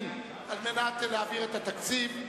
כימים על מנת להעביר את התקציב.